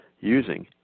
using